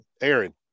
Aaron